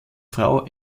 frau